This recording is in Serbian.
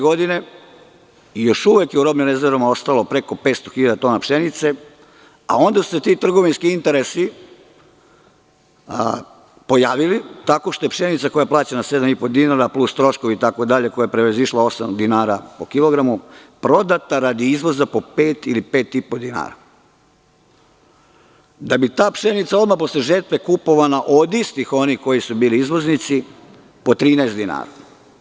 Godine 2003. još uvek je u robnim rezervama ostalo preko 500.000 tona pšenice, a onda su se ti trgovinski interesi pojavili tako što je pšenica koja je plaćena 7,5 dinara, plus troškovi itd, koja je prevazišla osam dinara po kilogramu, prodata radi izvoza po 5 ili 5,5 dinara, da bi ta pšenica odmah posle žetve kupovana od istih onih koji su bili izvoznici po 13 dinara.